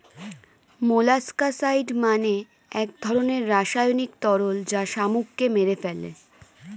molluscicide মানে এক ধরনের রাসায়নিক তরল যা শামুককে মেরে ফেলে